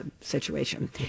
situation